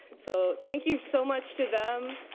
so thank you so much to them.